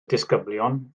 disgyblion